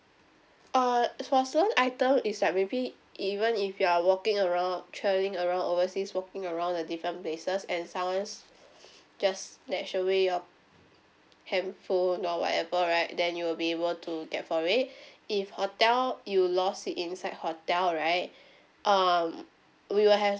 uh for certain item is like maybe even if you are walking around travelling around overseas walking around the different places and someone just snatch away your handphone or whatever right then you will be able to get for it if hotel you lost it inside hotel right um we will have